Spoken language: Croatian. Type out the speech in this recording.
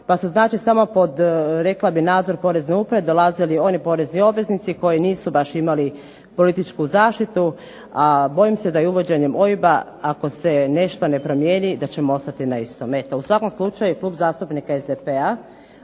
pa se znači samo pod rekla bih nadzor porezne uprave dolazili oni porezni obveznici koji nisu baš imali političku zaštitu, a bojim se da uvođenjem OIB-a ako se nešto ne promijeni, da ćemo ostati na istom. Eto, u svakom slučaju Klub zastupnika SDP-a